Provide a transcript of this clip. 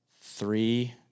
three